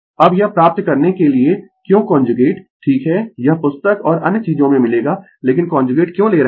अब यह प्राप्त करने के लिए क्यों कांजुगेट ठीक है यह पुस्तक और अन्य चीजों में मिलेगा लेकिन कांजुगेट क्यों ले रहे है